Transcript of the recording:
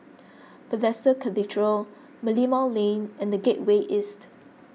Bethesda Cathedral Merlimau Lane and the Gateway East